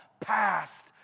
past